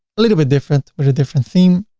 a little bit different with a different theme.